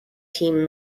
team